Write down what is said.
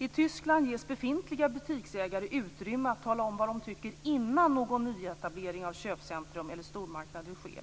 I Tyskland ges befintliga butiksägare utrymme att tala om vad de tycker innan en nyetablering av köpcentrum eller stormarknader sker.